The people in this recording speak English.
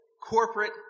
corporate